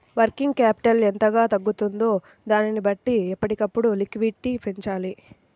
working capital ఎంతగా తగ్గుతుందో దానిని బట్టి ఎప్పటికప్పుడు లిక్విడిటీ పెంచాలి